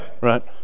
Right